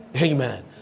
Amen